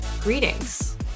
Greetings